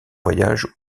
voyage